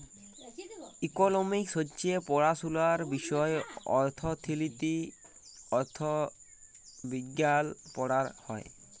economics হছে পড়াশুলার বিষয় অথ্থলিতি, অথ্থবিজ্ঞাল পড়াল হ্যয়